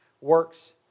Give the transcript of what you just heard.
works